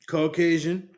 Caucasian